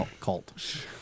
cult